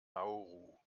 nauru